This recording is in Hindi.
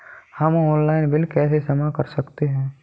हम ऑनलाइन बिल कैसे जमा कर सकते हैं?